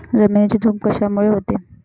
जमिनीची धूप कशामुळे होते?